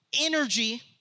energy